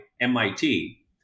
MIT